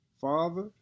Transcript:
Father